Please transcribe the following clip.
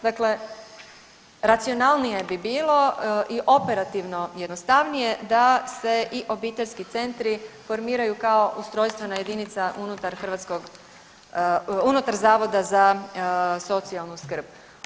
Dakle, racionalnije bi bilo i operativno jednostavnije da se i obiteljski centri formiraju kao ustrojstvena jedinica unutar hrvatskog, unutar Zavoda za socijalnu skrb.